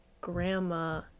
grandma